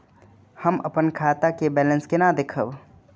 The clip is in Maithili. हम अपन खाता के बैलेंस केना देखब?